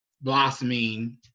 blossoming